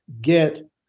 get